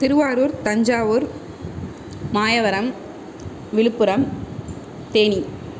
Thiruvarur Thanjavur Mayavaram Villupuram Theni